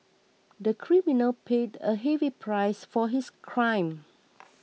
the criminal paid a heavy price for his crime